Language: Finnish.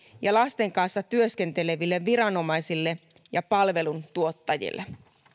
ja lasten kanssa työskenteleville viranomaisille ja palveluntuottajille